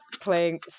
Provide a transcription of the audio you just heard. playing